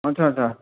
ଆଚ୍ଛା ଆଚ୍ଛା